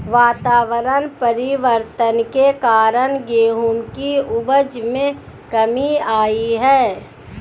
वातावरण परिवर्तन के कारण गेहूं की उपज में कमी आई है